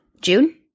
June